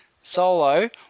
solo